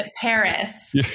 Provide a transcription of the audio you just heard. paris